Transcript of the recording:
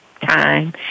time